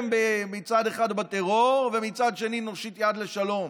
מצד אחד בטרור ומצד שני נושיט יד לשלום.